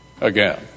again